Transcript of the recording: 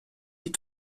die